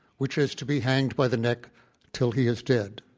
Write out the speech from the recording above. which is to be hanged by the neck till he is dead.